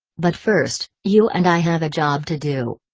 but first, you and i have a job to do.